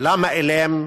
ולמה אילם?